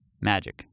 Magic